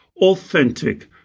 authentic